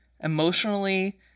emotionally